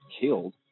killed